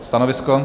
Stanovisko?